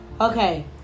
Okay